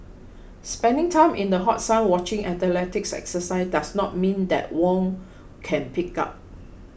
spending time in the hot sun watching athletes exercise does not mean that Wong can pig out